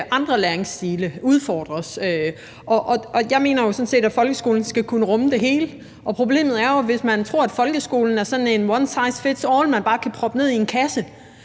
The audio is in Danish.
andre læringsstile udfordres. Og jeg mener sådan set, at folkeskolen skal kunne rumme det hele. Og problemet er jo, at hvis man tror, at folkeskolen er sådan en one size fits all, man bare kan proppe ned i en kasse,